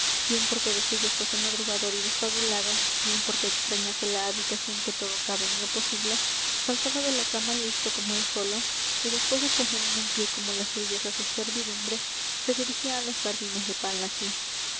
bien porque de suyo fuese madrugador y despabilado bien porque extrañase la habitación que todo cabe en lo posible saltaba de la cama listo como él solo y después de poner en un pie como las grullas á su servidumbre se dirigía á los jardines de palacio